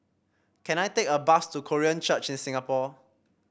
can I take a bus to Korean Church in Singapore